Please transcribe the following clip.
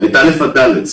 עד ד'.